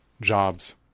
jobs